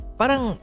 parang